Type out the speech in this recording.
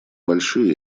большие